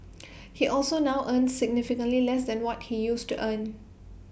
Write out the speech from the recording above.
he also now earns significantly less than what he used to earn